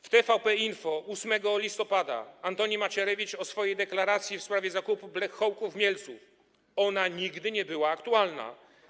W TVP Info 8 listopada Antoni Macierewicz o swojej deklaracji w sprawie zakupu black hawków w Mielcu: Ona nigdy nie była aktualna.